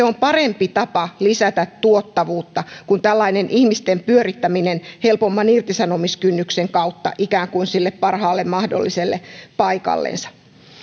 on parempi tapa lisätä tuottavuutta kuin tällainen ihmisten pyrittäminen helpomman irtisanomiskynnyksen kautta ikään kuin sille parhaalle mahdolliselle paikallensa